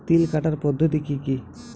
তিল কাটার পদ্ধতি কি কি?